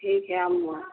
ठीक है हम